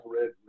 Red